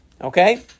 Okay